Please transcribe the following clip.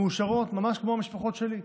מאושרות, ממש כמו המשפחה שלי.